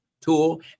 tool